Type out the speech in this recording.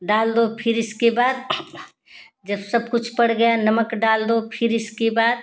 डाल दो फिर इसके बाद जब सब कुछ पर गया नमक डाल दो फिर इसके बाद